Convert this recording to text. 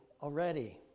already